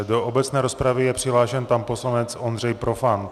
Do obecné rozpravy je přihlášen pan poslanec Ondřej Profant.